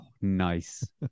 nice